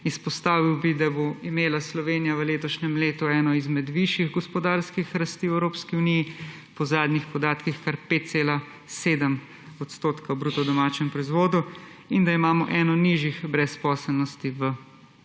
Izpostavil bi, da bo imela Slovenija v letošnjem letu eno izmed višjih gospodarskih rasti v Evropski uniji, po zadnjih podatkih kar 5,7 % v bruto domačem proizvodu, in da imamo eno nižjih brezposelnosti v Evropski uniji.